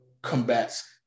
combats